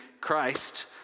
Christ